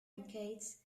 decades